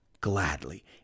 gladly